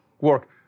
work